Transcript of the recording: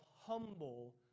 humble